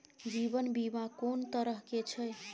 जीवन बीमा कोन तरह के छै?